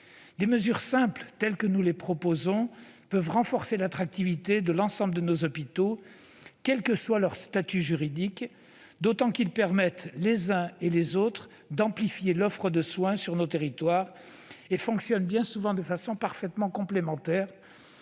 Des mesures simples, telles que celles que nous proposons, peuvent renforcer l'attractivité de l'ensemble de nos hôpitaux, quel que soit leur statut juridique, d'autant que les uns et les autres permettent d'amplifier l'offre de soins sur nos territoires. Nos hôpitaux fonctionnent bien souvent de façon parfaitement complémentaire,